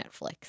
Netflix